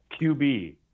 QB